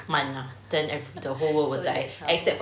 so like trump